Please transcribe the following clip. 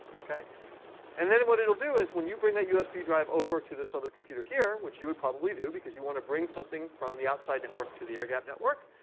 and then and what it'll do is when you bring that usb drive over to this other computer here, which you would probably do, because you want to bring something from the outside network to the air-gapped network,